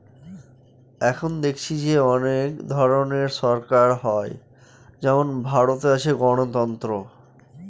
এখন দেখেছি যে অনেক ধরনের সরকার হয় যেমন ভারতে আছে গণতন্ত্র